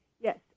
Yes